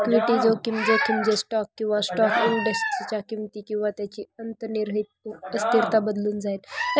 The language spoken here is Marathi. इक्विटी जोखीम, जोखीम जे स्टॉक किंवा स्टॉक इंडेक्सच्या किमती किंवा त्यांची अंतर्निहित अस्थिरता बदलून जाईल